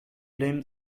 blamed